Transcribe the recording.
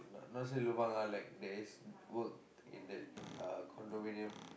not not say lobang lah like there is work in that uh condominium